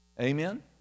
Amen